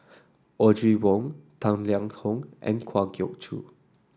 Audrey Wong Tang Liang Hong and Kwa Geok Choo